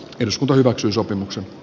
eduskunta hyväksyi sopimuksen